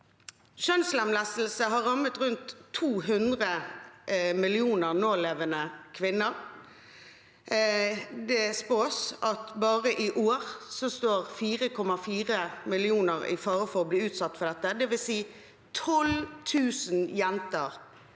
Kjønnslemlestelse har rammet rundt 200 millioner nålevende kvinner. Det spås at bare i år står 4,4 millioner i fare for å bli utsatt for dette, det vil si 12 000 jenter